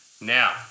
Now